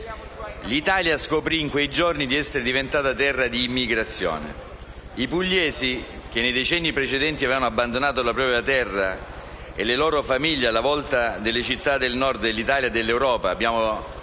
L'Italia scoprì in quei giorni di essere diventata terra di immigrazione. I pugliesi nei decenni precedenti avevano abbandonato la propria terra e le loro famiglie alla volta delle città nel Nord dell'Italia e dell'Europa. Prima